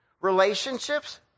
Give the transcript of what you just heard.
Relationships